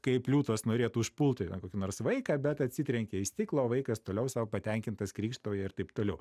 kaip liūtas norėtų užpulti ten kokį nors vaiką bet atsitrenkia į stiklą o vaikas toliau sau patenkintas krykštauja ir taip toliau